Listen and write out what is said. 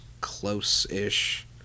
close-ish